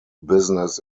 business